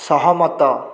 ସହମତ